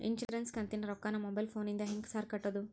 Insurance ಕಂತಿನ ರೊಕ್ಕನಾ mobile ಫೋನಿಂದ ಹೆಂಗ್ ಸಾರ್ ಕಟ್ಟದು?